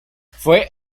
fue